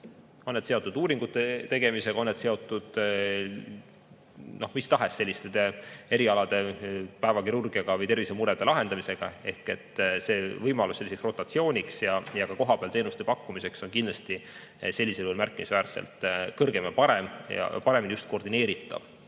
on need seotud uuringute tegemisega, on need seotud mis tahes erialade päevakirurgia või tervisemurede lahendamisega –, siis võimalus selliseks rotatsiooniks ja ka kohapeal teenuste pakkumiseks on kindlasti sellisel juhul märkimisväärselt kõrgem ja parem, just paremini koordineeritav,